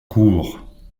courts